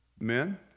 men